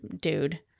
dude